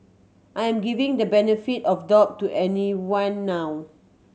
I am giving the benefit of doubt to everyone now